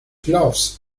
gloves